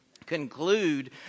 conclude